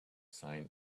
sign